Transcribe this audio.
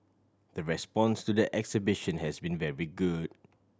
the response to the exhibition has been very good